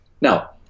Now